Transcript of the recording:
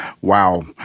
Wow